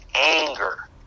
anger